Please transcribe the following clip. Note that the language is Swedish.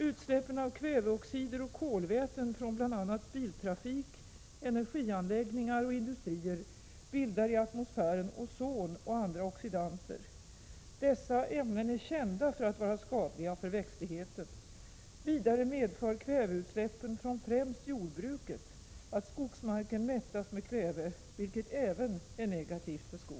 Utsläppen av kväveoxider och kolväten från bl.a. biltrafik, energianläggningar och industrier bildar i atmosfären ozon och andra oxidanter. Dessa ämnen är kända för att vara skadliga för växtligheten. Vidare medför kväveutsläppen från främst jordbruket att skogsmarken mättas med kväve, vilket är negativt även för skogen.